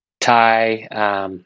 Thai